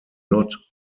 not